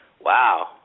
Wow